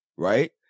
Right